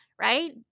right